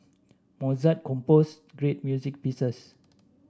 Mozart composed great music pieces